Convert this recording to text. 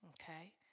Okay